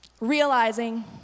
realizing